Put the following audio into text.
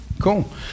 cool